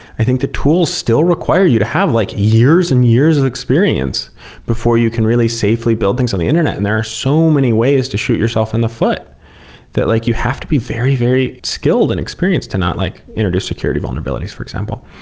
i think the tools still require you to have like years and years of experience before you can really safely build things on the internet. and there are so many ways to shoot yourself in the foot that like you have to be very, very skilled and experienced to not like just security vulnerabilities, for example.